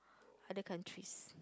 other countries